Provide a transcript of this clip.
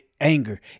anger